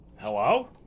Hello